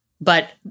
but-